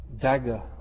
dagger